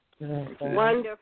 Wonderful